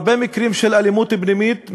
הרבה מקרים של אלימות פנימית,